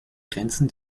grenzen